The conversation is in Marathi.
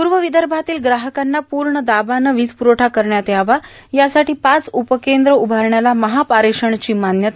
पूर्व विदर्भातील ग्राहकांना पूर्णदाबाने वीजपुरवठा करता यावा यासाठी पाच उपकेंद्रं उभारण्याला महापारेषणची मान्यता